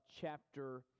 chapter